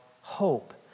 hope